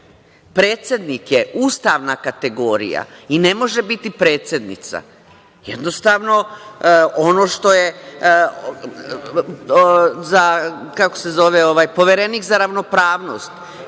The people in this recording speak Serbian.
Predsednik je ustavna kategorija i ne može biti predsednica. Jednostavno ono što je, kako se zove ovaj Poverenik za ravnopravnost